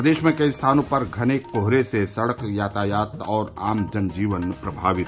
प्रदेश में कई स्थानों पर घने कोहरे से सड़क यातायात और आम जनजीवन प्रभावित